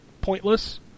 pointless